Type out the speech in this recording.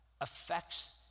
affects